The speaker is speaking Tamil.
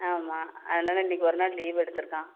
ஆமாம் அதனால் இன்னைக்கு ஒரு நாள் லீவ் எடுத்துருக்கான்